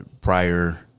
Prior